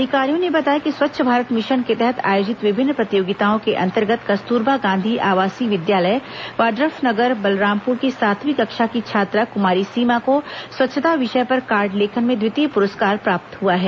अधिकारियों ने बताया कि स्वच्छ भारत मिशन के तहत आयोजित विभिन्न प्रतियोगिताओं के अंतर्गत कस्तूरबा गांधी आवासीय विद्यालय वाड्रफनगर बलरामपुर की सातवीं कक्षा की छात्रा कुमारी सीमा को स्वच्छता विषय पर कार्ड लेखन में द्वितीय पुरस्कार प्राप्त हुआ है